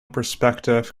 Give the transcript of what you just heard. perspective